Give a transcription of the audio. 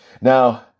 Now